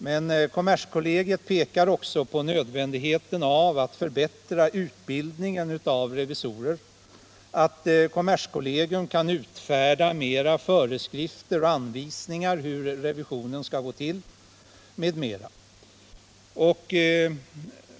Men kommerskollegium pekar även på nödvändigheten av att förbättra utbildningen av revisorer, att kommerskollegium kan utfärda mera föreskrifter och anvisningar om hur revisionen skall gå till m.m.